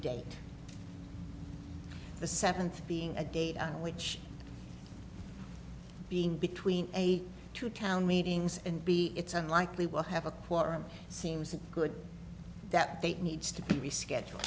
date the seventh being a day which being between eight to town meetings and b it's unlikely we'll have a quorum seems good that they needs to be reschedule